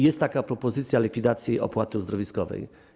Jest propozycja likwidacji opłaty uzdrowiskowej.